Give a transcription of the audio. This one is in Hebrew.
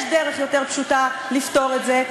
יש דרך יותר פשוטה לפתור את זה,